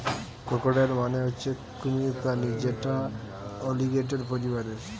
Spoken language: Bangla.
ক্রোকোডাইল মানে হচ্ছে কুমির প্রাণী যেটা অলিগেটের পরিবারের